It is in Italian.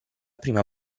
prima